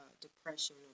depression